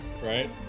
Right